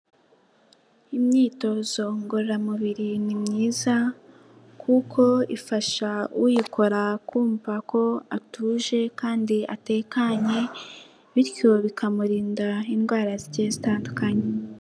Imyitozo ngororamubiri ni myiza kuko ifasha uyikora kumva ko atuje kandi atekanye bityo bikamurinda indwara zigiye zitandukanye.